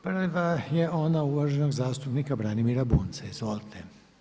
Prva je ona uvaženog zastupnika Branimira Bunjca, izvolite.